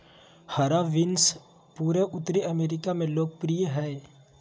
हरा बीन्स पूरे उत्तरी अमेरिका में लोकप्रिय हइ